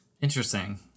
Interesting